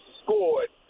scored